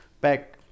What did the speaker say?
back